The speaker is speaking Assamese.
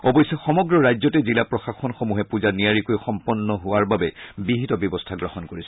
অৱশ্যে সমগ্ৰ ৰাজ্যতে জিলা প্ৰশাসনসমূহে পূজা নিয়াৰিকৈ সম্পন্ন হোৱাৰ বাবে বিহিত ব্যৱস্থা গ্ৰহণ কৰিছে